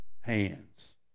hands